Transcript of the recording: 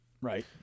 Right